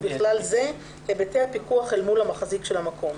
ובכלל זה היבטי הפיקוח אל מול המחזיק של המקום,